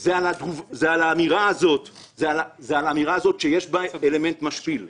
זה על האמירה הזו שיש בה אלמנט משפיל.